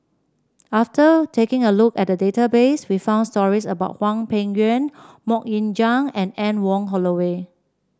after taking a look at the database we found stories about Hwang Peng Yuan MoK Ying Jang and Anne Wong Holloway